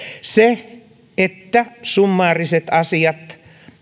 se että summaarisia asioita